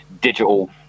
digital